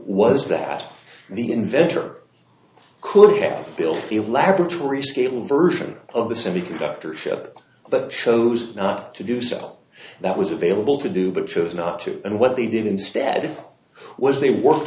was that the inventor could have built a laboratory scale version of the semiconductor ship but chose not to do so that was available to do but chose not to and what they did instead was they worked